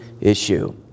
issue